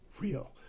real